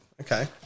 Okay